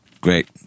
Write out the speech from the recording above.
Great